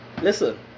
Listen